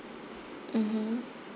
mmhmm